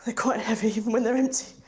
ah quite heavy even when they're. and